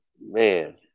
man